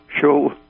show